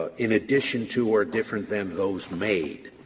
ah in addition to or different than those made.